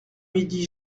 midi